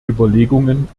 überlegungen